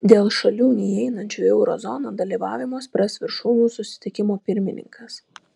dėl šalių neįeinančių į euro zoną dalyvavimo spręs viršūnių susitikimo pirmininkas